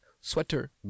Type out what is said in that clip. Sweater